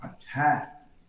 attack